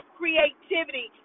creativity